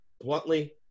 bluntly